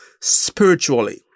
spiritually